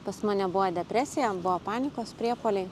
pas mane buvo depresija buvo panikos priepuoliai